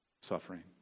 suffering